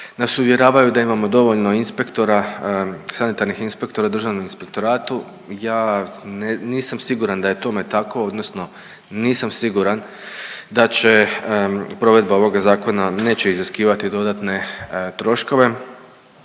nas uvjeravaju da imamo dovoljno inspektora, sanitarnih inspektora u Državnom inspektoratu. Ja ne nisam siguran da je tome tako, odnosno nisam siguran da će provedba ovoga zakona neće iziskivati dodatne troškove